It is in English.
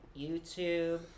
YouTube